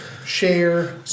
share